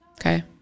Okay